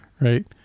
right